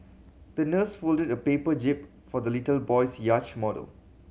the nurse folded a paper jib for the little boy's yacht model